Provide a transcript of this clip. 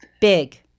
big